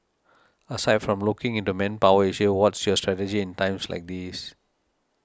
aside from looking into manpower issue what's your strategy in times like these